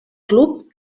club